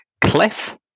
Cliff